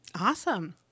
Awesome